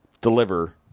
deliver